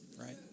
Right